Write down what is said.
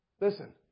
Listen